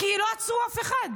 כי לא עצרו אף אחד.